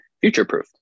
future-proof